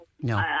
no